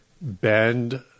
bend